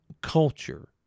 culture